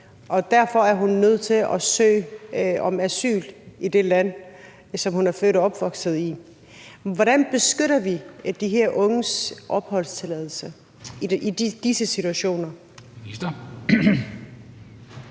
og derfor er hun nødt til at søge om asyl i det land, som hun er født og opvokset i. Men hvordan beskytter vi de her unges opholdstilladelse i disse situationer?